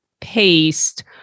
paste